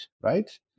right